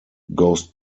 goes